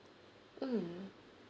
mm